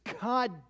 God